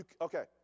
okay